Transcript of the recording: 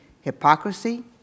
hypocrisy